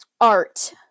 art